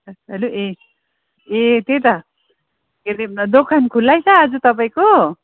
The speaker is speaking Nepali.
हेलो ए ए त्यही त के अरे दोकान खुल्लै छ आज तपाईँको